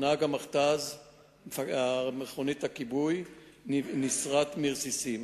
נהג מכונית הכיבוי נסרט מרסיסים